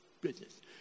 business